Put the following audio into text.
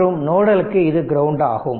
மற்றும் நோடலுக்கு இது கிரவுண்ட் ஆகும்